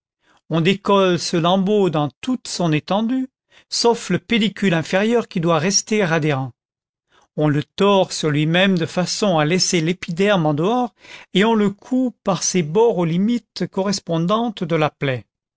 on décolle ce lambeau dans toute son étendue sauf le pédicule inférieur qui doit rester adhérent on le tord sur lui-même de façon à laisser l'épiderme en dehors et on le coud par ses bords aux limites correspondantes de la plaie